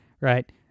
right